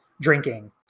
drinking